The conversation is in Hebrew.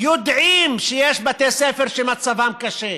יודעים שיש בתי ספר שמצבם קשה,